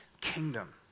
kingdom